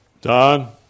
Don